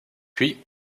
puis